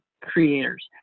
creators